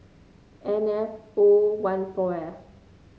N F O one four F